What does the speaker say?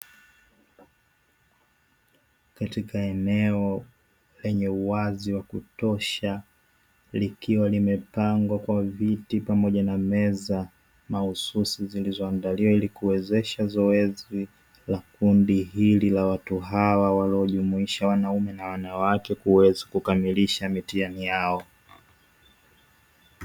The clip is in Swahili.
Katika eneo lenye uwazi wa kutosha likiwa limepangwa kwa viti pamoja na meza mahususi zilizoandaliwa ili kuwezesha zoezi la kundi hili la watu hawa waliojumuisha wanaume na wanawake kuweza kukamilisha mitihani yao.